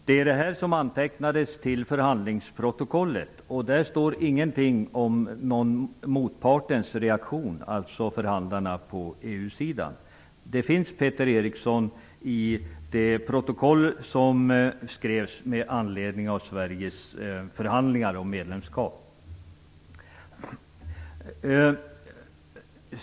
Det var detta som antecknades till förhandlingsprotokollet, och där står ingenting om någon reaktion från motparten, alltså från förhandlarna på EU-sidan. Detta finns, Peter Eriksson, med i det protokoll som skrevs med anledning av Sveriges förhandlingar om medlemskap.